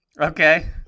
Okay